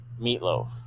meatloaf